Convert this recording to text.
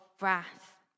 wrath